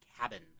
cabin